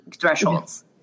thresholds